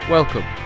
Welcome